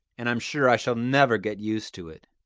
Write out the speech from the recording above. and i am sure i shall never get used to it.